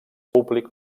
públic